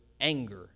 anger